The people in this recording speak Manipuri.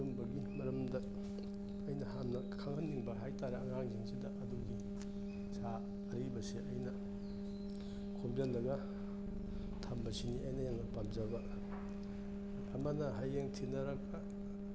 ꯑꯗꯨꯝꯕꯒꯤ ꯃꯔꯝꯗ ꯑꯩꯅ ꯍꯥꯟꯅ ꯈꯪꯍꯟꯅꯤꯡꯕ ꯍꯥꯏꯇꯔꯦ ꯑꯉꯥꯡꯁꯤꯡꯁꯤꯗ ꯑꯗꯨꯒꯤ ꯑꯩꯁꯥ ꯑꯔꯤꯕꯁꯦ ꯑꯩꯅ ꯈꯣꯝꯖꯤꯜꯂꯒ ꯊꯝꯕꯁꯤꯅꯤ ꯑꯩꯅ ꯌꯥꯝꯅ ꯄꯥꯝꯖꯕ ꯑꯃꯅ ꯍꯌꯦꯡ ꯊꯤꯅꯔꯒ